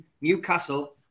Newcastle